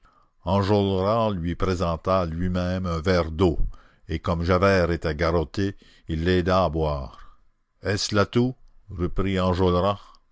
lui présenta lui-même un verre d'eau et comme javert était garrotté il l'aida à boire est-ce là tout reprit